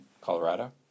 Colorado